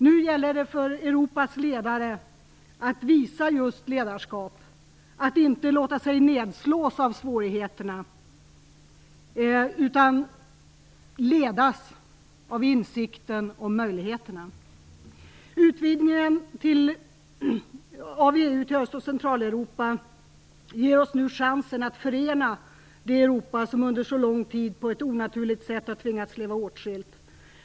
Nu gäller det för Europas ledare att visa gemensamt ledarskap, att inte låta sig nedslås av svårigheterna, utan ledas av insikten om möjligheterna. Utvidgningen av EU till Öst och Centraleuropa ger oss nu chansen att förena det Europa som under så lång tid, på ett onaturligt sätt, har tvingats att leva åtskilt.